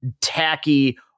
tacky